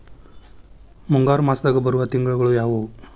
ಮುಂಗಾರು ಮಾಸದಾಗ ಬರುವ ತಿಂಗಳುಗಳ ಯಾವವು?